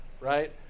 right